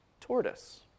tortoise